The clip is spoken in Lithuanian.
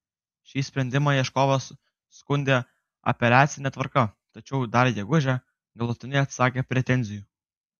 šį sprendimą ieškovas skundė apeliacine tvarka tačiau dar gegužę galutinai atsisakė pretenzijų